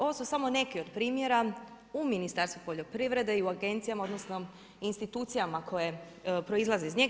Ovo su samo neki od primjera u Ministarstvu poljoprivrede i u agencijama odnosno institucijama koje proizlaze iz njega.